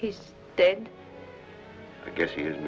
he's dead because he has